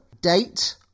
date